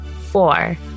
Four